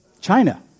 China